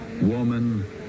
Woman